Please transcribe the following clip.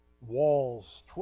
walls